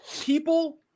people